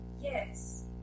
Yes